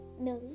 Millie